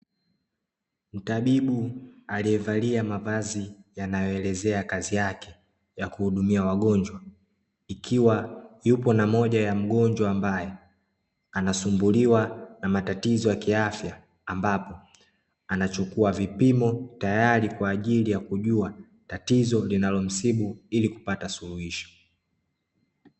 Mtabibu aliyevalia mavazi yanayoelezea kazi yake ya kuhudumia wagonjwa ikiwa yupo na moja ya mgonjwa ambaye anasumbuliwa na matatizo ya kiafya. Ambapo anachukua vipimo tayari kwa ajili ya kujua tatizo linalomsibu ili kupata suluhisho.